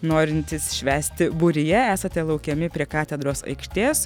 norintys švęsti būryje esate laukiami prie katedros aikštės